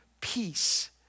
peace